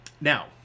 now